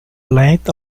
length